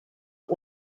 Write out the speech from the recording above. but